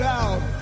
out